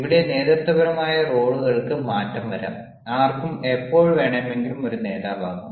ഇവിടെ നേതൃത്വപരമായ റോളുകൾക്ക് മാറ്റം വരാം ആർക്കും എപ്പോൾ വേണമെങ്കിലും ഒരു നേതാവാകാം